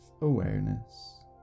awareness